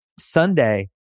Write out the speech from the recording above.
Sunday